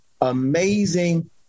amazing